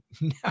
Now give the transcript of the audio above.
No